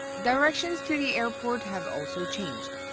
directions to the airport have also changed.